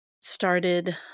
started